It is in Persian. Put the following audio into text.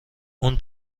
اون